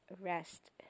rest